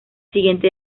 siguiente